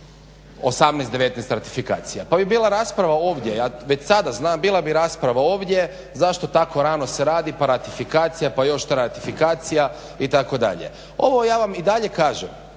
18, 19 ratifikacija, pa bi bila rasprava ovdje, već sada znam, bila bi rasprava ovdje zašto tako rano se radi, pa ratifikacija, pa još traje ratifikacija itd. Ovo, ja vam i dalje kažem